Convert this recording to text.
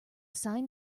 sign